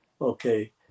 Okay